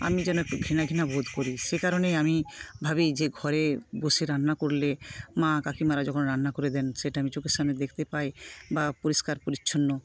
আমি যেন একটু ঘৃণা ঘৃণা বোধ করি সে কারণেই আমি ভাবি যে ঘরে বসে রান্না করলে মা কাকিমারা যখন রান্না করে দেন সেটা আমি চোখের সামনে দেখতে পাই বা পরিষ্কার পরিচ্ছন্ন